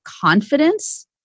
confidence